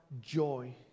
joy